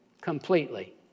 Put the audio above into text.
completely